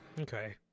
okay